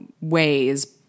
ways